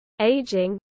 aging